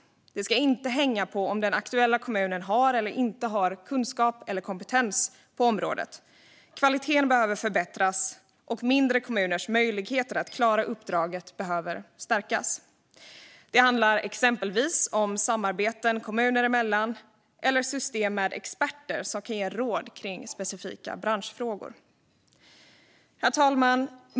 Det ska inte hänga på om den aktuella kommunen har eller inte har kunskap och kompetens på området. Kvaliteten behöver förbättras, och mindre kommuners möjligheter att klara uppdraget behöver stärkas. Det handlar exempelvis om samarbeten kommuner emellan eller system med experter som kan ge råd i specifika branschfrågor. Herr talman!